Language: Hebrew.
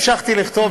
המשכתי לכתוב,